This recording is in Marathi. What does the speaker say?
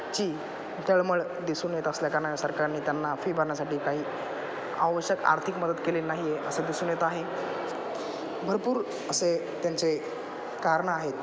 ची तळमळ दिसून येत असल्याकारणाने सरकारने त्यांना फी भरण्यासाठी काही आवश्यक आर्थिक मदत केले नाही आहे असं दिसून येत आहे भरपूर असे त्यांचे कारणं आहेत